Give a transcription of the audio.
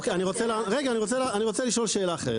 לא, אני רוצה לשאול שאלה אחרת.